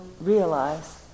realize